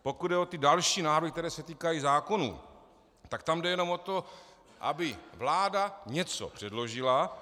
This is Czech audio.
Pokud jde o další návrhy, které se týkají zákonů, tak tam jde jenom o to, aby vláda něco předložila.